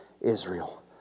Israel